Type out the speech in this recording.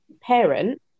parent